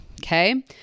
okay